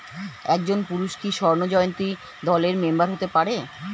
একজন পুরুষ কি স্বর্ণ জয়ন্তী দলের মেম্বার হতে পারে?